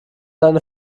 deine